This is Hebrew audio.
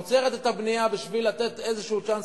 עוצרת את הבנייה בשביל לתת איזה צ'אנס